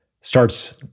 starts